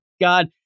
god